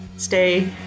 Stay